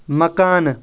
مکانہٕ